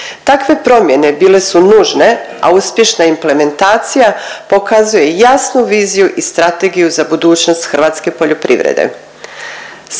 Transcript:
Takve promjene bile su nužne, a uspješna implementacija pokazuje jasnu viziju i strategiju za budućnost hrvatske poljoprivrede.